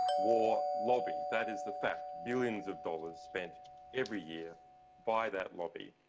war lobby. that is the fact. billions of dollars spent every year by that lobby,